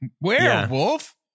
Werewolf